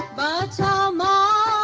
ah da la